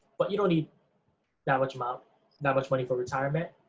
but you don't need that much amount that much money for retirement,